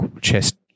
chest